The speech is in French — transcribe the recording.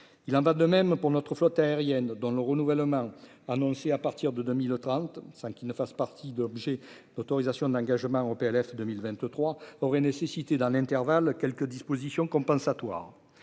il en va de même pour notre flotte aérienne dans le renouvellement annoncé à partir de 2000 trente-cinq qui ne fasse partie d'objet d'autorisations d'engagement au PLF 2023 aurait nécessité dans l'intervalle. Quelques dispositions compensatoires,